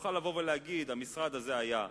תוכל לבוא ולהגיד: המשרד הזה היה בלוף,